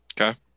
Okay